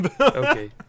Okay